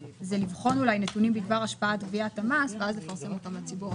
ובגלל זה חלק מן האנשים הזינו בקשות אך נפלטו החוצה,